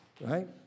Right